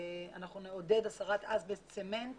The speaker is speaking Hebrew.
אנחנו נעודד הסרת אסבסט צמנט